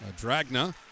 Dragna